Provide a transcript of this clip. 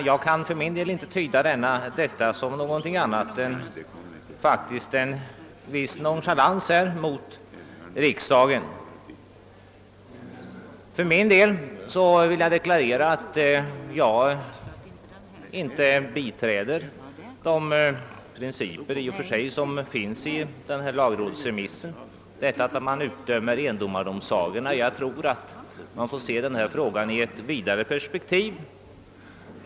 Jag kan för min del inte tyda det som någonting annat än en viss nonchalans mot riksdagen, att man begär något sådant. För min del vill jag deklarera att jag inte biträder principerna i lagrådsremissen, eftersom man där utdömer endomardomsagorna. Jag tror att denna fråga bör ses i ett vidare perspektiv.